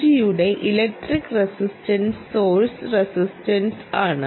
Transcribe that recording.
ജിയുടെ electric resistance source resistance ആണ്